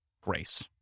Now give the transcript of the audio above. grace